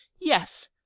Yes